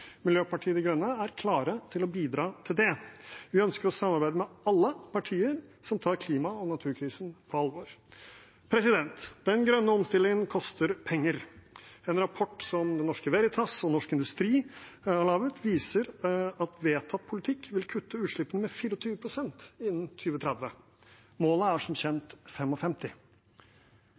Miljøpartiet De Grønne er klar til å bidra til det. Vi ønsker å samarbeide med alle partier som tar klima og naturkrisen på alvor. Den grønne omstillingen koster penger. En rapport som Det Norske Veritas og Norsk Industri har laget, viser at vedtatt politikk vil kutte utslippene med 24 pst. innen 2030. Målet er som kjent